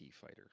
fighter